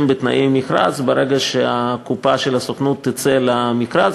בתנאי המכרז ברגע שהקופה של הסוכנות תצא למכרז,